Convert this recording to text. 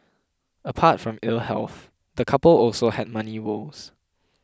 apart from ill health the couple also had money woes